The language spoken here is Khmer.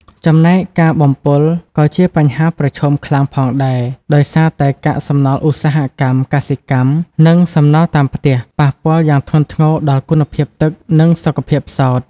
ចំណែក ការបំពុលក៏ជាបញ្ហាប្រឈមខ្លាំងផងដែរ ដោយសារតែកាកសំណល់ឧស្សាហកម្ម កសិកម្ម និងសំណល់តាមផ្ទះ ប៉ះពាល់យ៉ាងធ្ងន់ធ្ងរដល់គុណភាពទឹក និងសុខភាពផ្សោត។